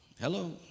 Hello